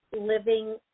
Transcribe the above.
living